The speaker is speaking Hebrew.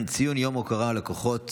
ציון יום ההוקרה לכוחות